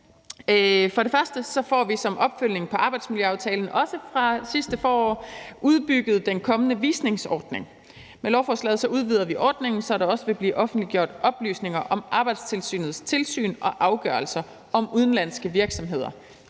For det første får vi som opfølgning på arbejdsmiljøaftalen, også fra sidste forår, udbygget den kommende visningsordning. Med lovforslaget udvider vi ordningen, så der også vil blive offentliggjort oplysninger om Arbejdstilsynets tilsyn og afgørelser om udenlandske virksomheder.